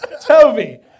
Toby